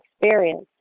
experience